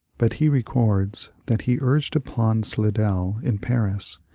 but he records that he urged upon slidell in paris,